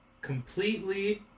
completely